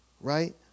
Right